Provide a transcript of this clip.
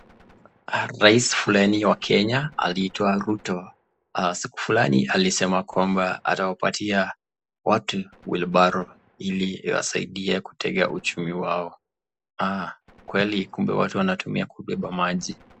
Rais fulani wa kenya anaitwa Ruto siku fulani alisema atawasaidia watu 'wheelbarow' ili awasaudie kuega uchumi wao kweli kumbe watu wanatumia kuteka maji.